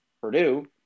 Purdue